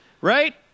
right